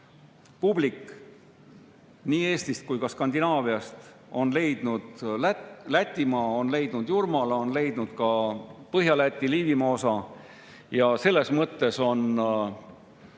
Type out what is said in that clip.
publik nii Eestist kui ka Skandinaaviast on leidnud Läti, on leidnud Jurmala, on leidnud ka Põhja-Läti Liivimaa osa. Selles mõttes on